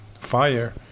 fire